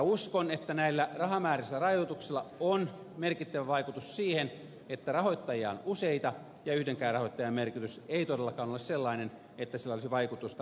uskon että näillä rahamääräisillä rajoituksilla on merkittävä vaikutus siihen että rahoittajia on useita ja yhdenkään rahoittajan merkitys ei todellakaan ole sellainen että sillä olisi vaikutusta edustajan toimintaan